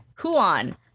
Huan